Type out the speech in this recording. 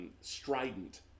strident